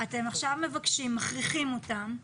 אתם עכשיו מבקשים, מכריחים אותן,